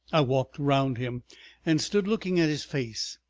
i walked round him and stood looking at his face.